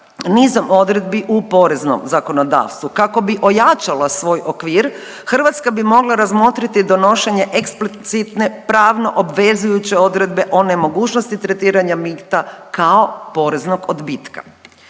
nizom odredbi u poreznom zakonodavstvu. Kako bi ojačala svoj okvir Hrvatska bi mogla razmotriti donošenje eksplicitne pravno obvezujuće odredbe o nemogućnosti tretiranja mita kao poreznog odbitka.